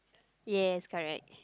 yes correct